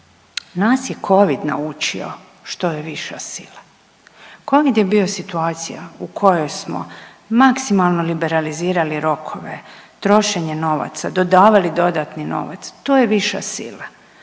Nas je Covid naučio što je viša sila. Covid je bio situacija u kojoj smo maksimalno liberalizirali rokove, trošenje novaca, dodavali dodatni novac, to je viša sila.